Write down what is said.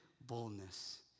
boldness